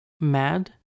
mad